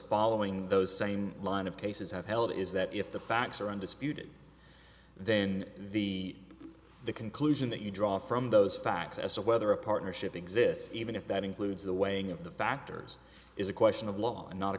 following those same line of cases have held is that if the facts are undisputed then the the conclusion that you draw from those facts as to whether a partnership exists even if that includes the way of the factors is a question of law and not a